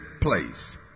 place